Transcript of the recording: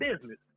business